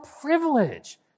privilege